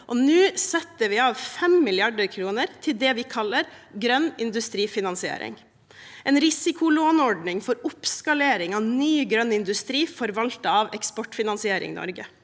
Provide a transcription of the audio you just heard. Nå setter vi av 5 mrd. kr til det vi kaller grønn industrifinansiering, en risikolåneordning for oppskalering av ny grønn industri forvaltet av Eksportfinansiering Norge.